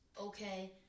okay